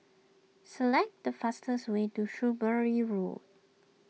select the fastest way to Shrewsbury Road